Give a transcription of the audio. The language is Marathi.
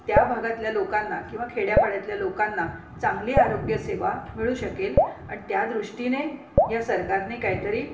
त्या भागातल्या लोकांना किंवा खेड्यापाड्यातल्या लोकांना चांगली आरोग्यसेवा मिळू शकेल आणि त्या दृष्टीने या सरकारने काहीतरी